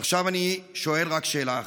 עכשיו אני שואל רק שאלה אחת: